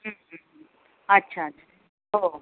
हं हं हं अच्छा अच्छा हो हो